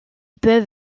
peuvent